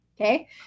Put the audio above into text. Okay